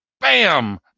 Bam